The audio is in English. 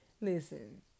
listen